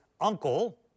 uncle